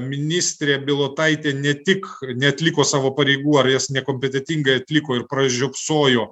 ministrė bilotaitė ne tik neatliko savo pareigų ar jas nekompetentingai atliko ir pražiopsojo